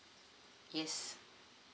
yes